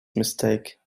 mistake